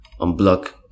unblock